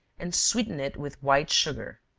and sweeten it with white sugar.